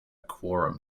quorum